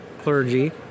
clergy